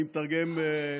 אני מתרגם: